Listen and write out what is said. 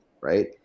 right